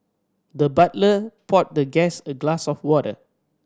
the butler poured the guest a glass of water